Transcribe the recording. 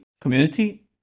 community